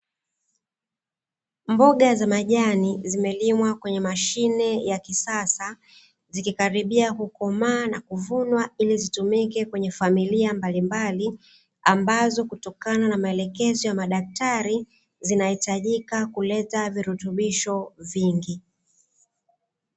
Mboga za majani zimelimwa kwenye mashine ya kisasa, zikikaribia kukomaa na kuvunwa, ili zitumike kwenye familia mbalimbali ambazo kutokana na maelekezo ya madaktari, zinahitajika kuleta virutubisho vingi.